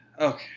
okay